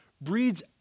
breeds